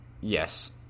Yes